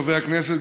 חברי הכנסת,